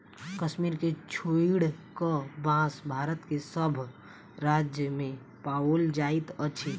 कश्मीर के छोइड़ क, बांस भारत के सभ राज्य मे पाओल जाइत अछि